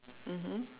mmhmm